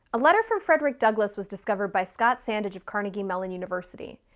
a letter from frederick douglass was discovered by scott sandage of carnegie mellon university.